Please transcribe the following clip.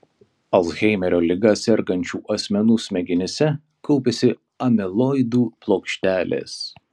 alzheimerio liga sergančių asmenų smegenyse kaupiasi amiloidų plokštelės